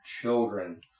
children